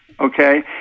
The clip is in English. Okay